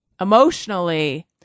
emotionally